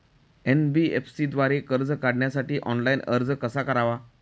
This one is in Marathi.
एन.बी.एफ.सी द्वारे कर्ज काढण्यासाठी ऑनलाइन अर्ज कसा करावा?